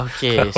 Okay